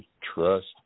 trust